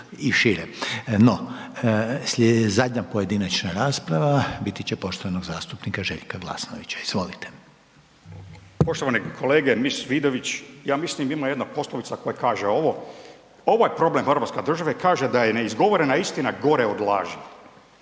i šire. No, slijedi zadnja pojedinačna rasprava biti će poštovanog zastupnika Željka Glasnovića, izvolite. **Glasnović, Željko (Nezavisni)** Poštovane kolege, mis Vidović. Ja mislim ima jedna poslovica koja kaže ovo. Ovaj problem hrvatske države kaže da je neizgovorena istina gore od laži.